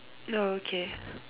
no okay